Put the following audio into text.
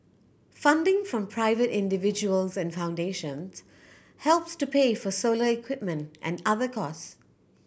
funding from private individuals and foundations helps to pay for solar equipment and other cost